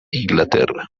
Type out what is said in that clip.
inglaterra